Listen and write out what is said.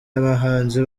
abahanzi